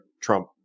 Trump